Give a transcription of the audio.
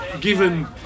given